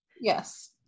Yes